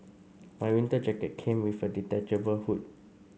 my winter jacket came with a detachable hood